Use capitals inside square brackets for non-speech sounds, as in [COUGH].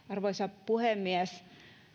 [UNINTELLIGIBLE] arvoisa puhemies